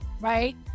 Right